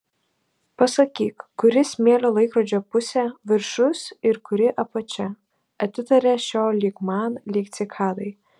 pasakyk kuri smėlio laikrodžio pusė viršus ir kuri apačia atitaria šio lyg man lyg cikadai